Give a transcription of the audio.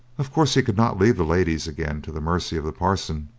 of course he could not leave the ladies again to the mercy of the parson,